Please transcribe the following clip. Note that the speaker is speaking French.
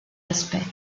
aspects